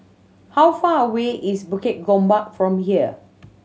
how far away is Bukit Gombak from here